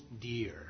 dear